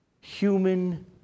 human